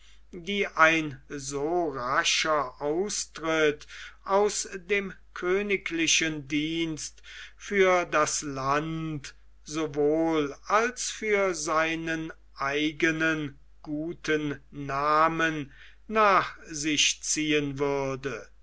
die ein so rascher austritt aus dem königlichen dienste für das land sowohl als für seinen eigenen guten namen nach sich ziehen würde